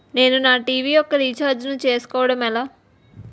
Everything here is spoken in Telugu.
నేను నా టీ.వీ యెక్క రీఛార్జ్ ను చేసుకోవడం ఎలా?